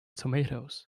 tomatoes